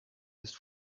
ist